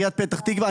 עיריית פתח תקווה.